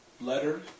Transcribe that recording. letter